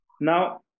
Now